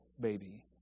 baby